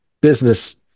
business